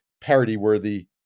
parody-worthy